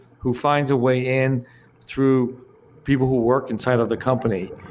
who finds a way in through people who work inside of the company.